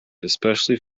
especially